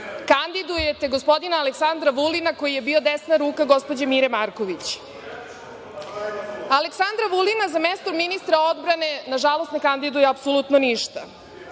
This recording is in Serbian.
kandidujete gospodina Aleksandra Vulina, koji je bio desna ruka gospođe Mire Marković. Aleksandra Vulina za mesto ministra odbrane, nažalost, ne kandiduje apsolutno ništa,